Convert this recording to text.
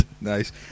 Nice